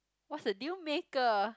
what's the deal maker